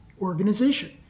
organization